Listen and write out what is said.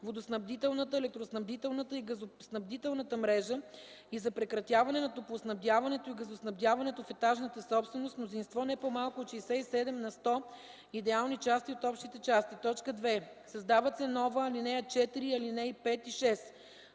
водоснабдителната, електроснабдителната и газоснабдителната мрежа и за прекратяване на топлоснабдяването и газоснабдяването в етажната собственост – с мнозинство не по-малко от 67 на сто идеални части от общите части;”. 2. Създават се нова ал. 4 и ал. 5 и 6: